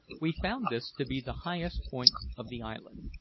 we found this to be the highest point of the island,